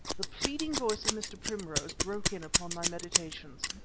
the pleading voice of mr. primrose broke in upon my meditations.